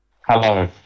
Hello